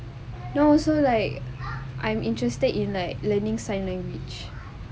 no also like I'm interested in like learning sign language